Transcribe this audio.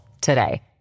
today